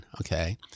okay